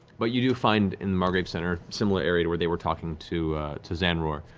but you do find in the margrave center, similar area to where they were talking to to zanror,